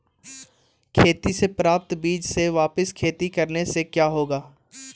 खेती से प्राप्त बीज से वापिस खेती करने से क्या होगा?